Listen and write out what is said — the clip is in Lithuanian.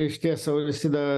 išties auristida